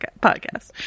podcast